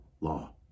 law